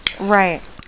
Right